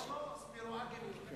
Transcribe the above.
לא, לא, ספירו אגניו.